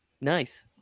nice